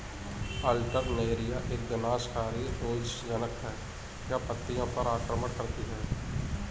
Alternaria एक विनाशकारी रोगज़नक़ है, यह पत्तियों पर आक्रमण करती है